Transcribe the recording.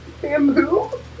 bamboo